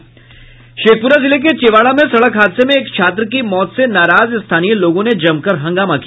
शेखपुरा जिले के चेवारा में सड़क हादसे में एक छात्र की मौत से नाराज स्थानीय लोगों ने जमकर हंगामा किया